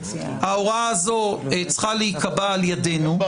אמרתי לכם,